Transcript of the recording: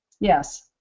Yes